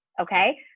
okay